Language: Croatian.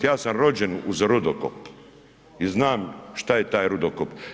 Ja sam rođen uz rudokop i znam šta je taj rudokop.